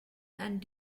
and